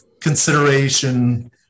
consideration